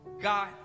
God